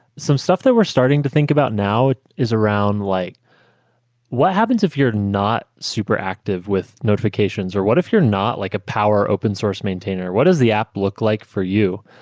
some stuff that we're starting to think about now is around like what happens if you're not super active with notifications or what if you're not like a power open source maintainer? what does the app look like for you?